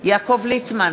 יעקב ליצמן,